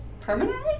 Permanently